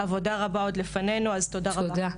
עבודה רבה עוד לפנינו, אז תודה רבה.